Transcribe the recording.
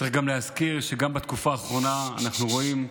צריך להזכיר שגם בתקופה האחרונה אנחנו רואים,